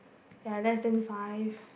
ya less than five